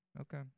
Okay